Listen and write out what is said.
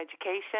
education